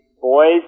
boys